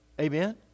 Amen